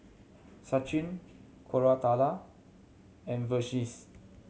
Sachin Koratala and Verghese